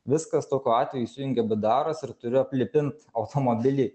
viskas tokiu atveju įsijungia bdaras ir turi aplipint automobilį